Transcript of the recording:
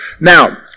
Now